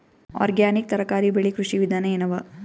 Organic ತರಕಾರಿ ಬೆಳಿ ಕೃಷಿ ವಿಧಾನ ಎನವ?